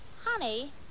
Honey